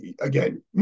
again